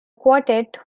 quartet